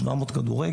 שבע מאות כדורגל,